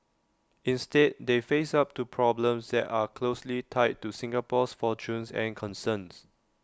instead they face up to problems that are closely tied to Singapore's fortunes and concerns